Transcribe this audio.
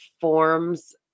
forms